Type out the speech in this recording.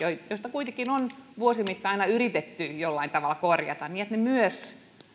joita kuitenkin on vuosien mittaan aina yritetty jollain tavalla korjata myös